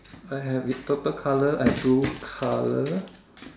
I have purple color blue color